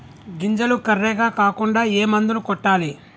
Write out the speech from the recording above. గింజలు కర్రెగ కాకుండా ఏ మందును కొట్టాలి?